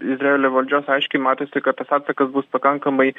izraelio valdžios aiškiai matosi kad tas atsakas bus pakankamai